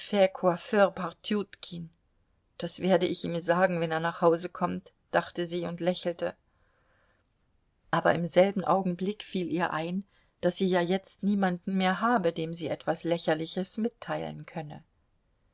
das werde ich ihm sagen wenn er nach hause kommt dachte sie und lächelte aber im selben augenblick fiel ihr ein daß sie ja jetzt niemanden mehr habe dem sie etwas lächerliches mitteilen könne